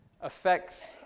affects